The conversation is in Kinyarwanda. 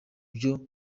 byo